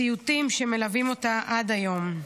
סיוטים שמלווים אותה עד היום.